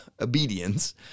obedience